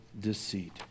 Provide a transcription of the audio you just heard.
deceit